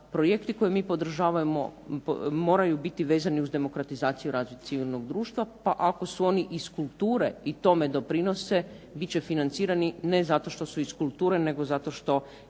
projekti koje mi podržavamo moraju biti vezani uz demokratizaciju razvoja civilnoga društva pa ako su oni iz kulture i tome doprinose bit će financirani ne zato što su iz kulture ili zaštite